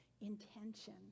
intention